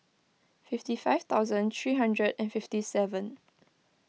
fifty five thousand three hundred and fifty seven